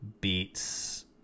beats